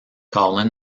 colin